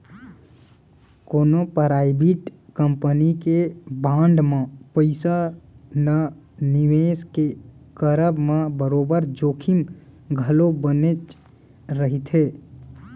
कोनो private company के bond म पइसा न निवेस के करब म बरोबर जोखिम घलौ बनेच रहिथे